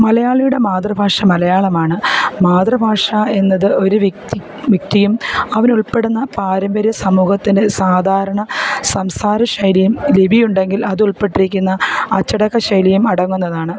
മലയാളിയുടെ മാതൃഭാഷ മലയാളമാണ് മാതൃഭാഷ എന്നത് ഒരു വ്യക്തി വ്യക്തിയും അവൻ ഉൾപ്പെടുന്ന പാരമ്പര്യ സമൂഹത്തിൻ്റെ സാധാരണ സംസാര ശൈലിയും ലിപി ഉണ്ടെങ്കിൽ അത് ഉൾപ്പെട്ടിരിക്കുന്ന അച്ചടക്ക ശൈലിയും അടങ്ങുന്നതാണ്